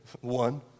One